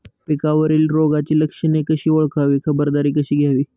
पिकावरील रोगाची लक्षणे कशी ओळखावी, खबरदारी कशी घ्यावी?